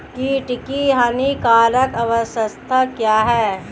कीट की हानिकारक अवस्था क्या है?